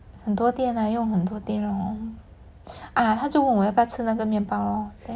很多电啊用很多电那种啊他就问我要不要吃那个面包 lor